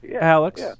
Alex